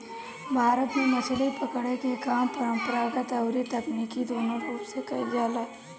भारत में मछरी पकड़े के काम परंपरागत अउरी तकनीकी दूनो रूप से कईल जाला